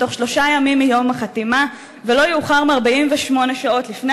בתוך שלושה ימים מיום החתימה ולא יאוחר מ-48 שעות לפני